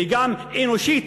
וגם אנושית,